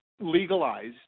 legalized